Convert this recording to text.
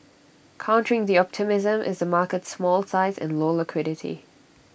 countering the optimism is the market's small size and low liquidity